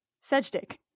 Sedgwick